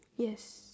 yes